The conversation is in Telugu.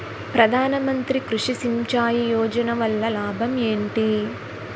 ప్రధాన మంత్రి కృషి సించాయి యోజన వల్ల లాభం ఏంటి?